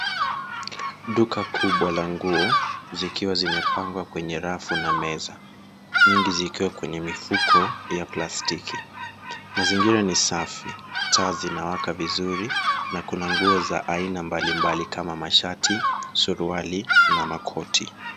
Duka kubwa la nguo zikiwa zimepangwa kwenye rafu na meza nyingi zikiwa kwenye mifuko ya plastiki mazingira ni safi taa zinawaka vizuri na kuna nguo za aina mbalimbali kama mashati, suruali na makoti.